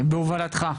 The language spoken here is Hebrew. בהובלתך.